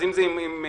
אם זה עם מרדים,